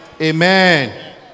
Amen